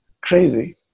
crazy